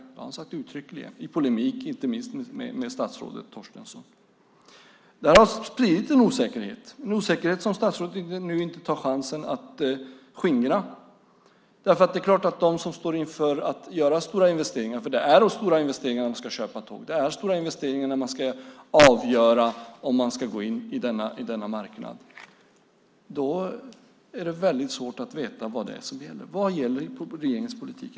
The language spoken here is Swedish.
Det har han sagt uttryckligen, inte minst i polemik med statsrådet Torstensson. Detta har spridit en osäkerhet, en osäkerhet som statsrådet nu inte tar chansen att skingra. De som står inför att göra dessa stora investeringar - för det är stora investeringar när man ska köpa tåg eller avgöra om man ska gå in på denna marknad - har väldigt svårt att veta vad som gäller i regeringens politik.